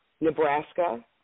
Nebraska